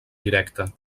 directa